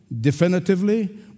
definitively